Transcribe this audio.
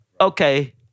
Okay